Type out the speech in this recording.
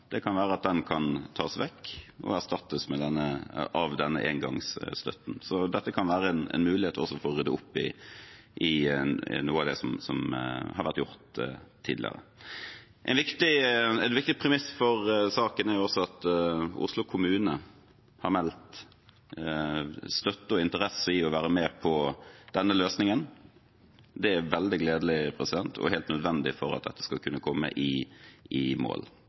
Det kan være at den kan tas vekk og erstattes av denne engangsstøtten, så dette kan også være en mulighet for å rydde opp i noe av det som har vært gjort tidligere. Et viktig premiss for saken er også at Oslo kommune har meldt støtte for og interesse i å være med på denne løsningen. Det er veldig gledelig og helt nødvendig for at dette skal kunne komme i mål. Jeg ser fram til å jobbe videre med saken etter vedtaket i